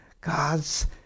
God's